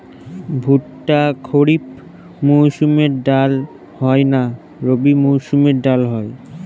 ভুট্টা খরিফ মৌসুমে ভাল হয় না রবি মৌসুমে ভাল হয়?